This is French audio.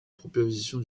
proposition